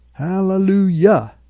Hallelujah